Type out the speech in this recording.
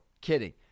kidding